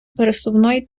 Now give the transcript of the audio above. пересувної